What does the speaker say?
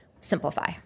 simplify